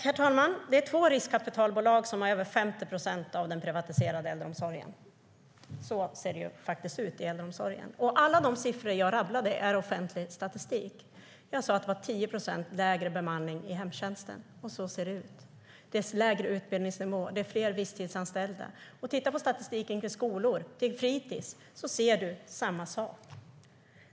Herr talman! Två riskkapitalbolag har över 50 procent av den privata äldreomsorgen. Så ser det ut i äldreomsorgen. Alla de siffror jag rabblade är offentlig statistik. Jag sa att det var 10 procent lägre bemanning i hemtjänsten, och så ser det ut. Det är lägre utbildningsnivå och fler visstidsanställda. Tittar vi på statistiken för skolor och fritis ser vi samma sak.